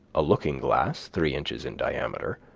a looking-glass three inches in diameter,